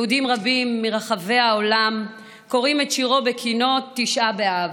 יהודים רבים מרחבי העולם קוראים את שירו בקינות תשעה באב,